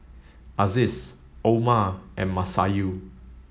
Aziz Omar and Masayu